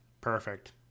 Perfect